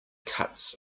cuts